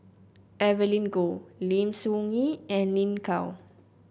Evelyn Goh Lim Soo Ngee and Lin Gao